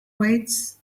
weights